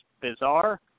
bizarre